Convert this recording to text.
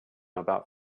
about